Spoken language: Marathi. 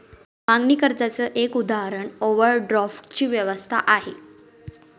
मागणी कर्जाच एक उदाहरण ओव्हरड्राफ्ट ची व्यवस्था आहे